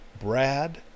Brad